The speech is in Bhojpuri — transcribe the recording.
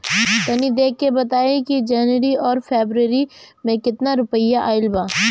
तनी देख के बताई कि जौनरी आउर फेबुयारी में कातना रुपिया आएल बा?